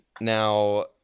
Now